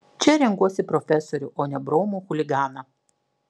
čia renkuosi profesorių o ne bromų chuliganą